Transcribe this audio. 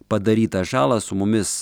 padarytą žalą su mumis